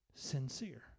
Sincere